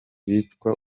bicwa